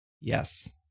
Yes